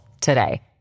today